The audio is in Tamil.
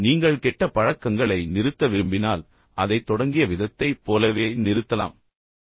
நீங்கள் கெட்ட பழக்கங்களை நிறுத்த விரும்பினால் நீங்கள் அதை தொடங்கிய விதத்தை போலவே போலவே நிறுத்தலாம் என்று நான் பரிந்துரைத்தேன்